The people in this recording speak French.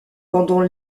pendant